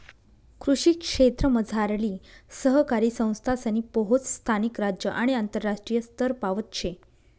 कृषी क्षेत्रमझारली सहकारी संस्थासनी पोहोच स्थानिक, राज्य आणि आंतरराष्ट्रीय स्तरपावत शे